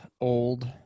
old